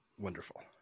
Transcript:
Wonderful